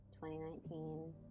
2019